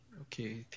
Okay